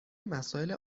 مساله